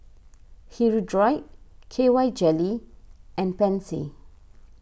Hirudoid K Y jelly and Pansy